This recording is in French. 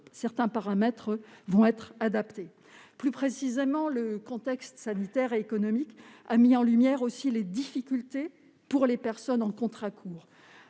Certains paramètres vont être adaptés. Plus précisément, le contexte sanitaire et économique a mis en lumière les difficultés pour les personnes en contrat court.